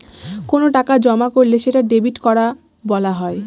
কোনো টাকা জমা করলে সেটা ডেবিট করা বলা হয়